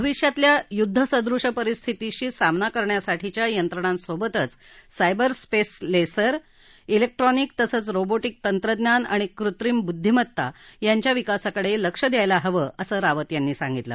भविष्यातल्या युद्धसदृश परिस्थितीशी सामना करण्यासाठीच्या यंत्रणासोबतच सायबर स्पेस लेसर विक्ट्रॉनिक तसंच रोबोटिक तंत्रज्ञान आणि कृत्रिम बुद्धीमत्ता यांच्या विकासाकडे लक्ष द्यायला हवं असं रावत यांनी सांगितलं